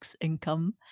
income